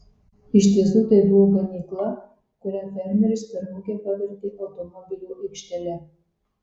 iš tiesų tai buvo ganykla kurią fermeris per mugę pavertė automobilių aikštele